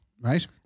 Right